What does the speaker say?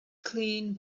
clean